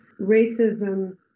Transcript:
racism